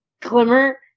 Glimmer